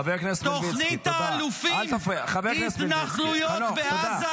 כל הדברים שאתם לא רציתם לעשות.